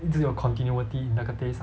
一直有 continuity in 那个 taste lah